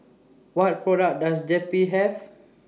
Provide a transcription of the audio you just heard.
What products Does Zappy Have